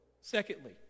secondly